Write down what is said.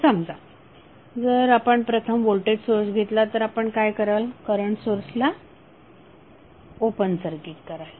समजा जर आपण प्रथम व्होल्टेज सोर्स घेतला तर आपण काय कराल करंट सोर्सला ओपन सर्किट कराल